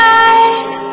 eyes